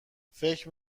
فکر